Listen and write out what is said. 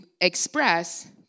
express